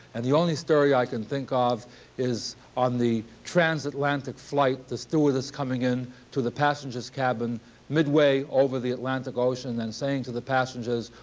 and the only story i can think of is, on the transatlantic flight, the stewardess coming in to the passenger's cabin midway over the atlantic ocean and saying to the passengers,